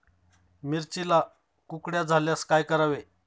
मिरचीला कुकड्या झाल्यास काय करावे?